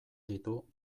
ditu